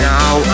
Now